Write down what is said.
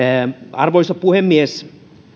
arvoisa puhemies